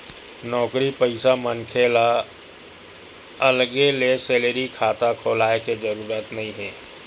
नउकरी पइसा मनखे ल अलगे ले सेलरी खाता खोलाय के जरूरत नइ हे